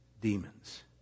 demons